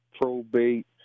probate